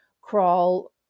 crawl